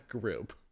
group